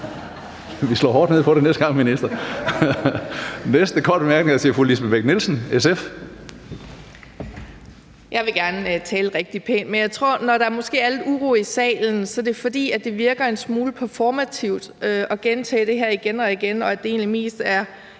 SF. Kl. 13:24 Lisbeth Bech-Nielsen (SF): Jeg vil gerne tale rigtig pænt, men jeg tror, at når der måske er noget uro i salen, er det, fordi det virker en smule performativt at gentage det her igen og igen, og at det egentlig mest er